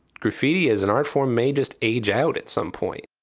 graffiti as an art form may just age out at some point.